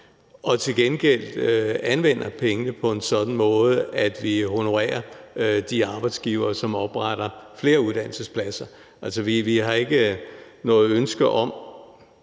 og til gengæld anvender pengene på en sådan måde, at vi honorerer de arbejdsgivere, som opretter flere uddannelsespladser. Vi har måske indimellem et ønske om